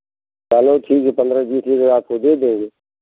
चलो ठीक है पन्द्रह बीस लीटर आपको दे देंगे